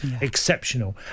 exceptional